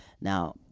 now